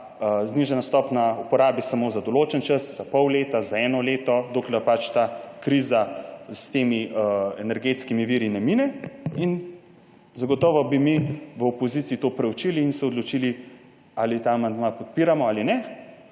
znižana stopnja uporabi samo za določen čas, za pol leta, za eno leto, dokler pač kriza s temi energetskimi viri ne mine. Zagotovo bi mi v opoziciji to proučili in se odločili, ali ta amandma podpiramo ali ne.